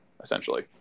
essentially